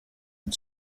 and